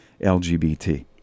LGBT